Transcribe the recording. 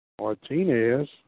Martinez